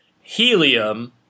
Helium